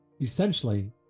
Essentially